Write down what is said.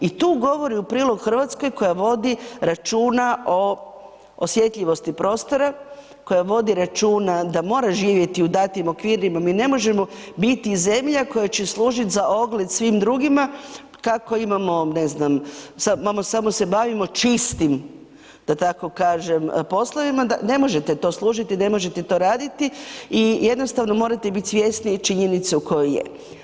I tu govori u prilog Hrvatskoj koja vodi računa o osjetljivosti prostora, koja vodi računa da mora živjeti u datim okvirima, mi ne možemo biti zemlja koja će služiti za ogled svim drugima, kako imamo, ne znam, samo se bavimo čistim poslovima, ne možete to služiti i ne možete to raditi i jednostavno morate biti svjesni i činjenice u kojoj je.